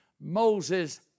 Moses